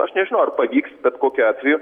aš nežinau ar pavyks bet kokiu atveju